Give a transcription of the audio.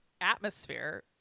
atmosphere